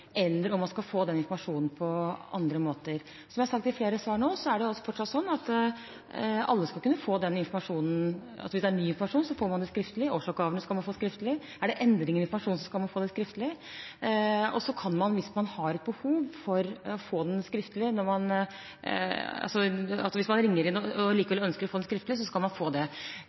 eller om man skal få den informasjonen på andre måter. Som jeg har sagt i flere svar nå, er det fortsatt sånn at alle skal få denne informasjonen – hvis det er ny informasjon, får man det skriftlig, årsoppgavene skal man få skriftlig, er det endringer i informasjonen, skal man få det skriftlig. Hvis man ringer inn og ønsker å få det skriftlig, skal man få det. Jeg tror ikke jeg skal lage noen retningslinjer for